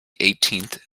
eighteenth